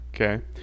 Okay